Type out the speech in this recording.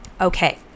Okay